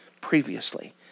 previously